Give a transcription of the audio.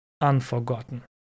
unforgotten